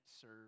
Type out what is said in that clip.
serve